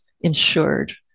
insured